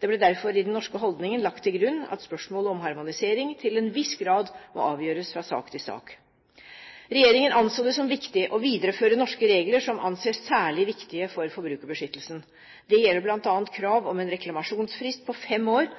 Det ble derfor i den norske holdningen lagt til grunn at spørsmålet om harmonisering til en viss grad må avgjøres fra sak til sak. Regjeringen anså det som viktig å videreføre norske regler som anses særlig viktige for forbrukerbeskyttelsen. Det gjelder bl.a. krav om en reklamasjonsfrist på fem år